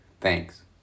Thanks